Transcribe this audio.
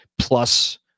Plus